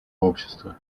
общество